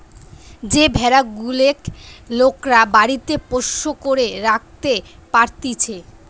যে ভেড়া গুলেক লোকরা বাড়িতে পোষ্য করে রাখতে পারতিছে